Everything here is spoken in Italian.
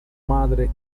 madre